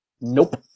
Nope